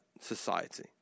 society